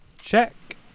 check